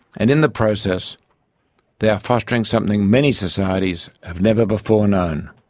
and in the process they are fostering something many societies have never before known,